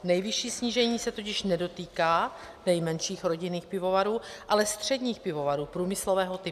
Nejvyšší snížení se totiž nedotýká nejmenších rodinných pivovarů, ale středních pivovarů průmyslového typu.